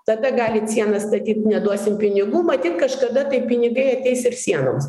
tada galit sieną statyt neduosim pinigų matyt kažkada tai pinigai ateis ir sienoms